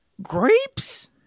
grapes